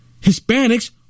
Hispanics